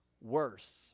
worse